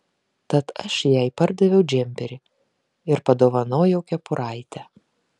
tad aš jai pardaviau džemperį ir padovanojau kepuraitę